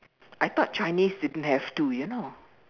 I thought Chinese didn't have to you know